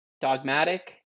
dogmatic